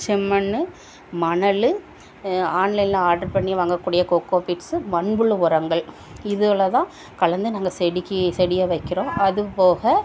செம்மண் மணல் ஆன்லைனில் ஆர்ட்ரு பண்ணி வாங்கக்கூடிய கொக்கோ பிட்ஸ்ஸு மண்புழு உரங்கள் இதுகளைதான் கலந்து நாங்கள் செடிக்கு செடியை வைக்கிறோம் அதுபோக